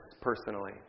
personally